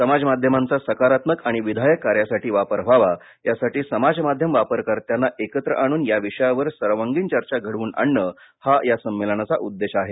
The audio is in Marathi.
समाज माध्यमांचा सकारात्मक आणि विधायक कार्यासाठी वापर व्हावा यासाठी समाज माध्यम वापरकर्त्यांना एकत्र आणून या विषयावर सर्वांगीण चर्चा घडवून आणणं हा या संमेलनाचा उद्देश आहे